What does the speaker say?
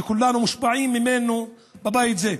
שכולנו מושפעים ממנו בבית הזה.